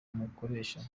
umukoresha